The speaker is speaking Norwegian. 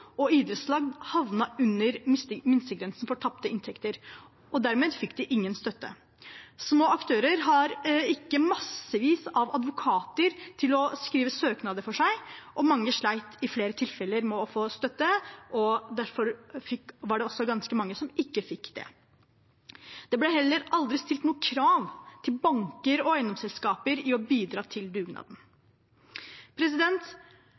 og idrettslag, havnet under minstegrensen for tapte inntekter, og dermed fikk de ingen støtte. Små aktører har ikke massevis av advokater til å skrive søknader for seg, og mange slet i flere tilfeller med å få støtte. Derfor var det også ganske mange som ikke fikk det. Det ble heller aldri stilt noen krav til banker og eiendomsselskaper om å bidra til dugnaden.